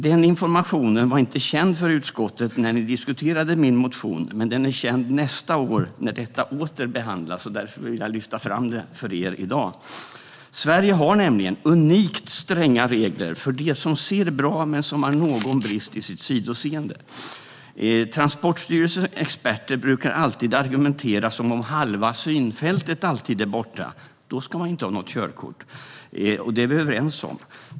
Den informationen var inte känd för utskottets ledamöter när ni diskuterade min motion, men den är känd nästa år när frågan åter behandlas. Därför vill jag lyfta fram detta för er i dag. Sverige har nämligen unikt stränga regler för dem som ser bra men som har någon brist i sitt sidoseende. Transportstyrelsens experter brukar alltid argumentera som om halva synfältet alltid är borta. Då ska man ju inte ha något körkort, och det är vi överens om.